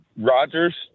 Rogers